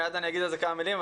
מיד אני אגיד על זה כמה מילים,